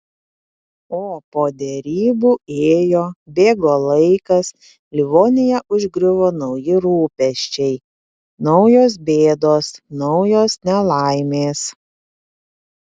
o po derybų ėjo bėgo laikas livoniją užgriuvo nauji rūpesčiai naujos bėdos naujos nelaimės